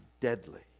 deadly